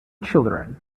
children